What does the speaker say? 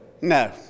No